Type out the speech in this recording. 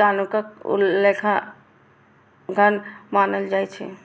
कानूनक उल्लंघन मानल जाइ छै